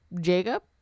Jacob